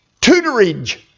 tutorage